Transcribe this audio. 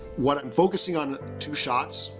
when i'm focusing on two shots,